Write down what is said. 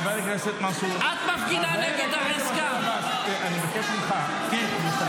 חבר הכנסת מנסור עבאס, אני מבקש ממך לכבד.